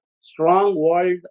strong-walled